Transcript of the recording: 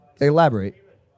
Elaborate